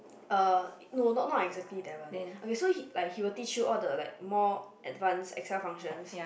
er no no not exactly that one okay so like he will teach you more like the advance extra functions